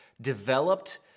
developed